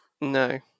No